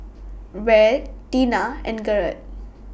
Raleigh Tina and Gerard